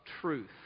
truth